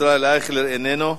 ישראל אייכלר, איננו.